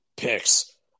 picks